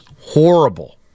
horrible